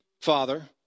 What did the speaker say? Father